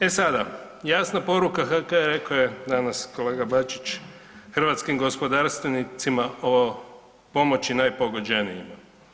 E sada, jasna poruka rekao je danas kolega Bačić hrvatskim gospodarstvenicima o pomoći najpogođenijima.